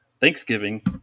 Thanksgiving